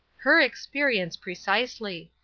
her experience precisely!